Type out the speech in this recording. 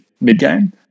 mid-game